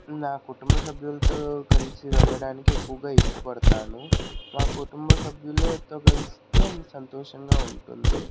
నా కుటుంబ సభ్యులతో కలిసి వెళ్ళడానికి ఎక్కువగా ఇష్టపడతాను నా కుటుంబ సభ్యులతో కలిస్తే సంతోషంగా ఉంటుంది